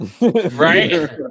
Right